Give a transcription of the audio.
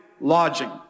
lodging